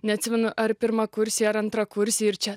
neatsimenu ar pirmakursiai ar antrakursiai ir čia